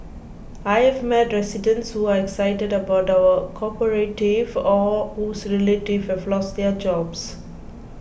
I've met residents who are excited about our cooperative or whose relatives have lost their jobs